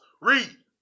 Read